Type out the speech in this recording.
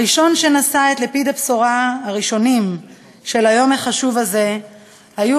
הראשונים שנשאו את לפיד הבשורה של היום החשוב הזה היו